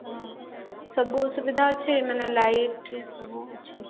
ହଁ ସବୁ ସୁବିଧା ଅଛି ମାନେ ଲାଇଟ୍ ସବୁ ଅଛି